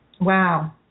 Wow